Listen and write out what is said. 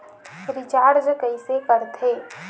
Recharge कइसे कर थे?